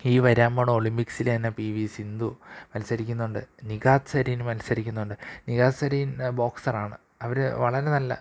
ഈ വരാന്പോണ ഒളിമ്പിക്സില് തന്നെ പി വി സിന്ധു മത്സരിക്കുന്നുണ്ട് നിഖത് സരീൻ മത്സരിക്കുന്നുണ്ട് നിഖത് സരീൻ ബോക്സർ ആണ് അവര് വളരെ നല്ല